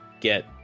get